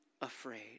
afraid